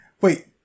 wait